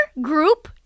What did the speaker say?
group